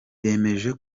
yemeje